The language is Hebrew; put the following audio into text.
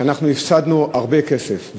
שאנחנו הפסדנו הרבה כסף,